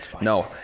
no